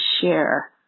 share